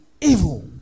evil